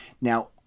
Now